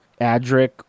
Adric